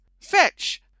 fetch